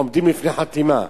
עומדים בפני חתימה.